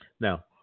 Now